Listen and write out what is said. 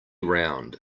round